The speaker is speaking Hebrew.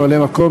ממלא-מקום,